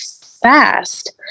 fast